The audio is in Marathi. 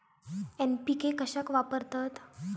एन.पी.के कशाक वापरतत?